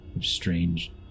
strange